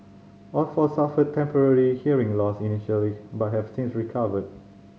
all four suffered temporary hearing loss initially but have since recovered